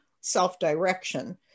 self-direction